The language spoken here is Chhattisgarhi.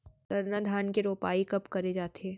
सरना धान के रोपाई कब करे जाथे?